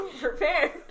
Prepared